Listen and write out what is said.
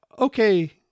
Okay